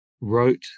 wrote